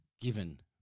given